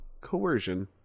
coercion